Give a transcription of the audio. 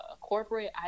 corporate